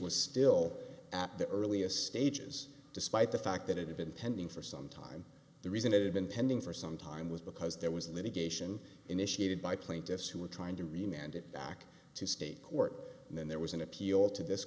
was still at the earliest stages despite the fact that it had been pending for some time the reason it had been pending for some time was because there was litigation initiated by plaintiffs who were trying to remain and it back to state court and then there was an appeal to this